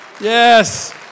Yes